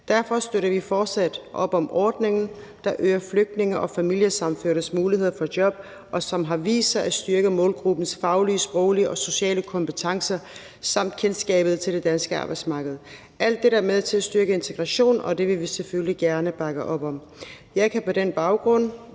Derfor støtter vi fortsat op om ordningen, der øger flygtninge og familiesammenførtes muligheder for job, og som har vist sig at styrke målgruppens faglige, sproglige og sociale kompetencer samt kendskabet til det danske arbejdsmarked – alt det, der er med til at styrke integrationen, og det vil vi selvfølgelig gerne bakke op om. Jeg kan på den baggrund